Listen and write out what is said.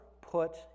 put